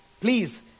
please